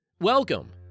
Welcome